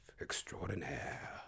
extraordinaire